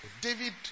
David